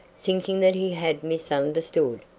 thinking that he had misunderstood.